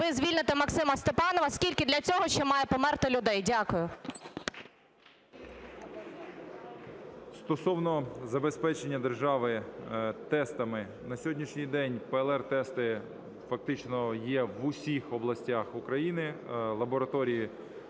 ви звільните Максима Степанова, скільки для цього ще має померти людей? Дякую. 11:05:29 ШМИГАЛЬ Д.А. Стосовно забезпечення держави тестами, на сьогоднішній день ПЛР-тести фактично є в усіх областях України, лабораторії